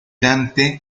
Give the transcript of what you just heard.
dante